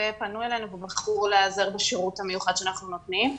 ופנו אלינו ובחרו להיעזר בשירות המיוחד שאנחנו נותנים,